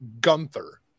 Gunther